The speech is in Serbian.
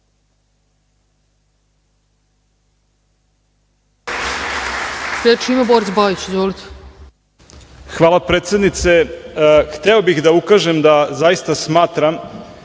Hvala, predsednice. Hteo bih da ukažem da zaista smatram